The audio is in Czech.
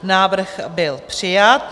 Návrh byl přijat.